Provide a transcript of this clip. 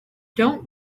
don’t